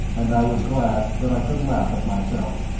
and i was glad that i could laugh at myself.